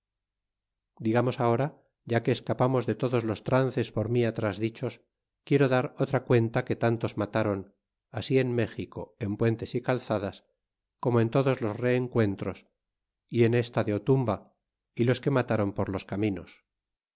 se estorbaban que escapamos de todos los trances por mi atras dicho quiero dar otra cuenta que tantos mat ron así en méxico en puentes y calzadas como en todos los reencuentros y en esta de otumba y los que matron por los caminos